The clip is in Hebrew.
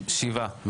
שבעה.